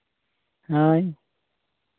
ᱦᱳᱭ